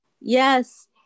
Yes